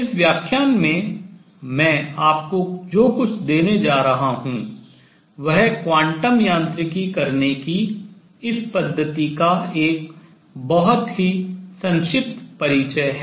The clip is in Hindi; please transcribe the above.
इस व्याख्यान में मैं आपको जो कुछ देने जा रहा हूँ वह क्वांटम यांत्रिकी करने की इस पद्धति का एक बहुत ही संक्षिप्त परिचय है